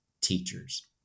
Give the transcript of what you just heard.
teachers